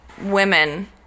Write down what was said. women